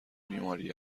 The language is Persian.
بیماری